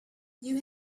you